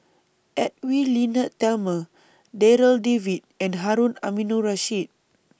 Edwy Lyonet Talma Darryl David and Harun Aminurrashid